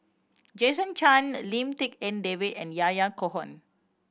Jason Chan Lim Tik En David and Yahya Cohen